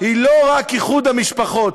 היא לא רק איחוד המשפחות.